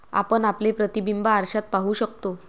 आपण आपले प्रतिबिंब आरशात पाहू शकतो